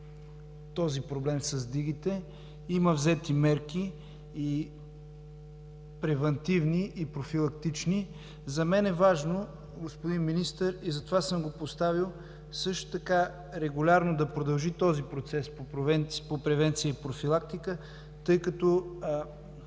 този проблем с дигите. Има взети мерки – и превантивни, и профилактични. За мен е важно, господин Министър, и затова съм го поставил, също така регулярно да продължи този процес по превенция и профилактика, тъй като